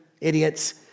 idiots